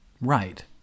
Right